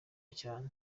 cyane